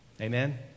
Amen